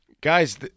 guys